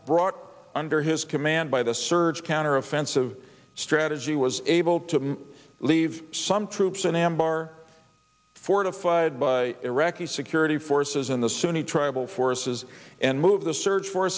brought under his command by the surge counter offensive strategy was able to leave some troops in ambar fortified by iraqi security forces in the sunni tribal forces and move the surge for